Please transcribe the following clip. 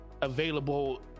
available